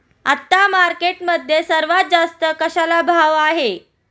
आता मार्केटमध्ये सर्वात जास्त कशाला भाव आहे?